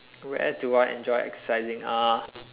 where do I enjoy exercising uh